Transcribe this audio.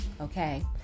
okay